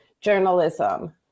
journalism